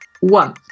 One